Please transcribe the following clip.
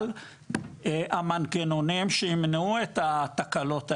על המנגנונים שימנעו את התקלות האלה,